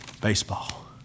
Baseball